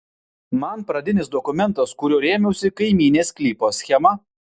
man pradinis dokumentas kuriuo rėmiausi kaimynės sklypo schema